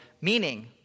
meaning